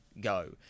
go